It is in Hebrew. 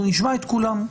אנחנו נשמע את כולם.